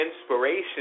inspiration